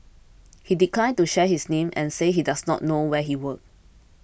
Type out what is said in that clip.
he declined to share his name and said he does not know where he worked